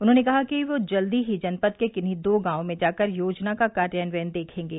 उन्होंने कहा कि वह जल्द ही जनपद के किन्हीं दो गांवों में जाकर योजना का कार्यान्वयन देखेंगे